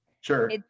Sure